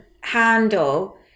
handle-